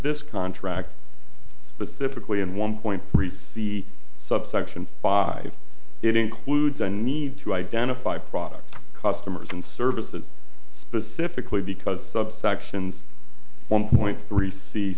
this contract specifically and one point three c subsection five it includes a need to identify products customers and services specifically because subsections one point three